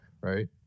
right